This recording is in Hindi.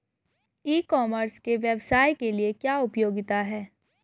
ई कॉमर्स के व्यवसाय के लिए क्या उपयोगिता है?